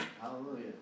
Hallelujah